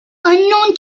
unknown